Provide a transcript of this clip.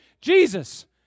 Jesus